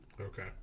okay